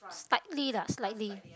slightly lah slightly